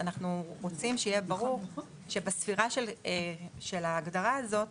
אנחנו רוצים שיהיה ברור שבספירה שבהגדרה הזאת